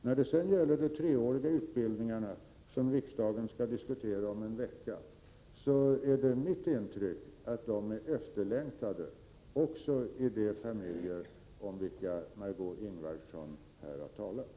När det sedan gäller de treåriga utbildningarna, som riksdagen skall diskutera om en vecka, är det mitt intryck att de är efterlängtade också i de familjer om vilka Margö Ingvardsson här har talat.